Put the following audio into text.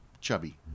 chubby